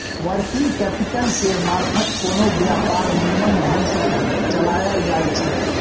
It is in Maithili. वर्किंग कैपिटल केर मारफत कोनो व्यापार निम्मन ढंग सँ चलाएल जाइ छै